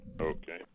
Okay